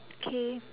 okay